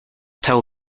till